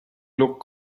look